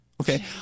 Okay